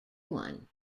one